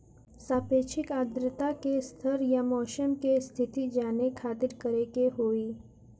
सापेक्षिक आद्रता के स्तर या मौसम के स्थिति जाने खातिर करे के होई?